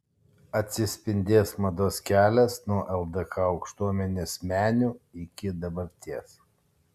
atsispindės mados kelias nuo ldk aukštuomenės menių iki dabarties